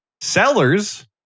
sellers